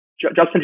Justin